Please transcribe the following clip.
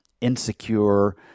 insecure